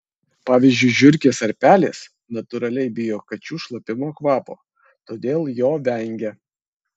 pavyzdžiui žiurkės ar pelės natūraliai bijo kačių šlapimo kvapo todėl jo vengia